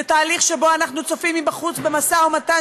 זה תהליך שאנחנו צופים בו מבחוץ במשא-ומתן